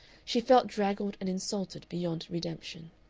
she felt draggled and insulted beyond redemption.